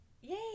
Yay